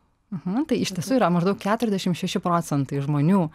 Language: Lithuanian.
mhm tai iš tiesų yra maždaug keturiasdešimt šeši procentai žmonių